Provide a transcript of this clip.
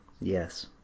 Yes